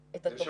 המדידה,